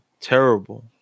terrible